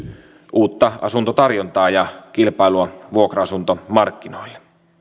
uutta asuntotarjontaa ja kilpailua vuokra asuntomarkkinoille